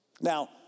Now